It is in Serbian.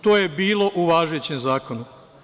To je bilo u važećem zakonu.